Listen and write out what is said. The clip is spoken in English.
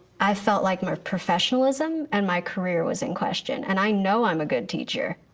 i felt like my professionalism and my career was in question and i know i'm a good teacher.